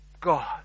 God